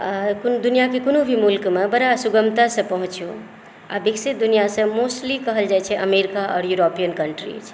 अहाँ दूनिआकेँ कोनो भी मुल्कमे बड़ा सुगमता से पहुँचु आ विकसित दुनिआ से मोस्टली कहल जाइ छै अमेरिका आ युरोपियन कन्ट्रीज